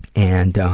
and um,